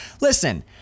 listen